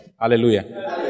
Hallelujah